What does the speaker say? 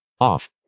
off